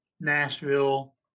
Nashville